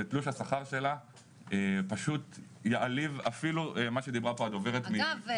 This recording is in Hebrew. ותלוש השכר שלה פשוט יעליב אפילו לפי מה שדיברה פה הדוברת --- אגב,